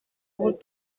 vous